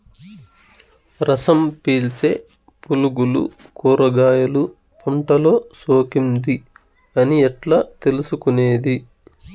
రసం పీల్చే పులుగులు కూరగాయలు పంటలో సోకింది అని ఎట్లా తెలుసుకునేది?